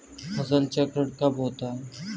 फसल चक्रण कब होता है?